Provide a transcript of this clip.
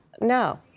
No